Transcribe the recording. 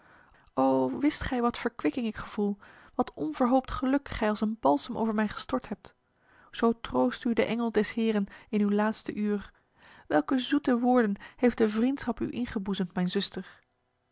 o wist gij wat verkwikking ik gevoel wat onverhoopt geluk gij als een balsem over mij gestort hebt zo trooste u de engel des heren in uw laatste uur welke zoete woorden heeft de vriendschap u ingeboezemd mijn zuster